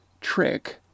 trick